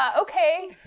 okay